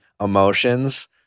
emotions